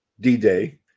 D-Day